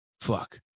fuck